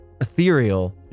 ethereal